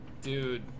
Dude